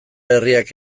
herriak